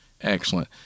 Excellent